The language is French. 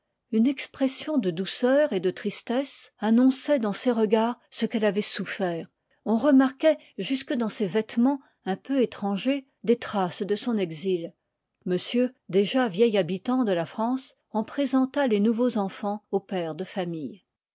une expression de douceur et de tristesse annonçoit ii part dans ses regards ce qu'elle avoit souffert liv j on remarquoit jusque dans ses vêtemens un peu étrangers des traces de son exil monsieur déjà vieil habitant de la france en présenta les nouveaux enfans au père de famille